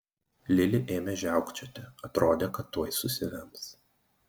lili ėmė žiaukčioti atrodė kad tuoj susivems